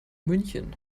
münchen